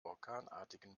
orkanartigen